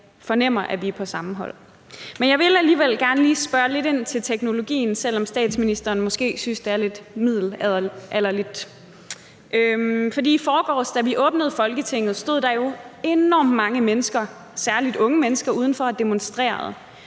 fornemmer, at vi er på samme hold. Men jeg vil alligevel gerne lige spørge lidt ind til teknologien, selv om statsministeren måske synes, det er lidt middelalderligt. For i forgårs, da vi åbnede Folketinget, stod der jo enormt mange mennesker, særlig unge mennesker, udenfor og demonstrerede,